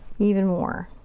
even more.